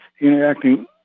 interacting